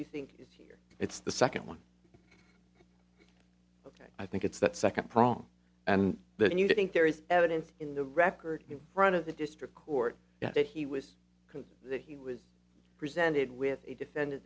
you think is here it's the second one ok i think it's that second prong and then you think there is evidence in the record in front of the district court that he was concerned that he was presented with a defendant